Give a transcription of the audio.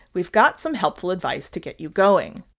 we've got some helpful advice to get you going